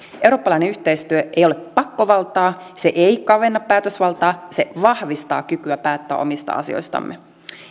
eurooppalainen yhteistyö ei ole pakkovaltaa se ei kavenna päätösvaltaa se vahvistaa kykyä päättää omista asioistamme